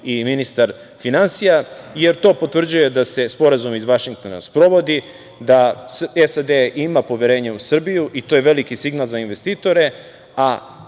i ministar finansija, jer to potvrđuje da se Sporazum iz Vašingtona sprovodi, da SAD ima poverenje u Srbiju i to je veliki signal za investitore.